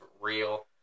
real